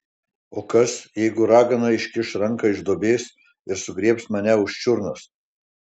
o kas jeigu ragana iškiš ranką iš duobės ir sugriebs mane už čiurnos